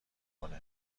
بکنه